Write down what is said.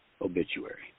Obituary